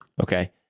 okay